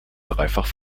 dreifach